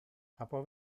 capo